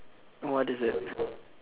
what is it